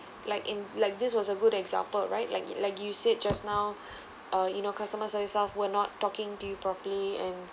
like in like this was a good example right like like you said just now err you know customers service staff were not talking to you properly and